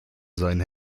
seinen